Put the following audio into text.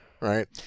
right